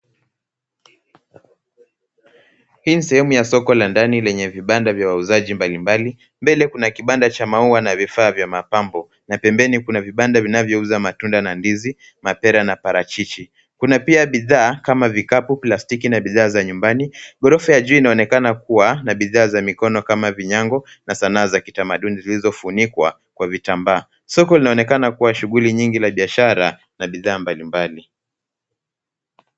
Hii ni sehemu ya soko la ndani lenye vibanda vya wauzaji mbalimbali. Mbele kuna kibanda cha maua na vifaa vya mapambo, na pembeni kuna vibanda vinavyouza matunda na ndizi, mapera na parachichi. Kuna pia bidhaa kama vikapu, plastiki na bidhaa za nyumbani. Ghorofa ya juu inaonekana kuwa na bidhaa za mikono kama vinyango na sanaa za kitamaduni zilizofunikwa kwa vitambaa. Soko linaonekana kuwa shughuli nyingi za biashara na bidhaa mbalimbali.